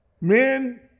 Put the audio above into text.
Men